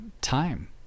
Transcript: time